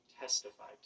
testified